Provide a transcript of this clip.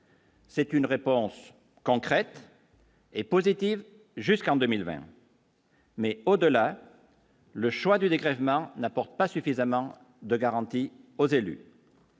C'est une réponse concrète. Et positive jusqu'en 2020. Mais au-delà, le choix du dégrèvement n'apporte pas suffisamment de garanties aux élus.